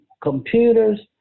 computers